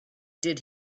did